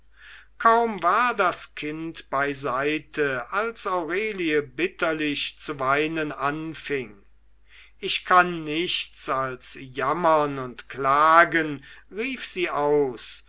kaum war das kind beiseite als aurelie bitterlich zu weinen anfing ich kann nichts als jammern und klagen rief sie aus